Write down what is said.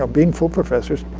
ah being full professors,